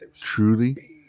truly